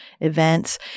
events